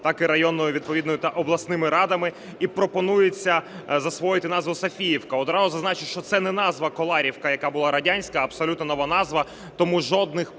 так і районною відповідною та обласними радами. І пропонується засвоїти назву Софіївка. Одразу зазначу, що це не назва Коларівка, яка була радянська, абсолютно нова назва. Тому жодних